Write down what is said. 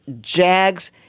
Jags